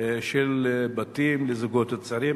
של בתים של זוגות צעירים.